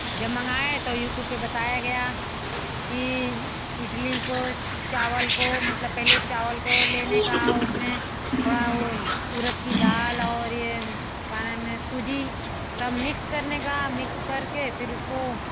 जब मंगाया तब यूट्यूब पर बताया गया कि इडली को चावल को मतलब पहले चावल को लेने का उसमें थोड़ा उड़द की दाल और यह कायमें सूजी सब मिक्स करने का मिक्स करके फिर उसको